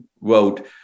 wrote